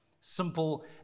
simple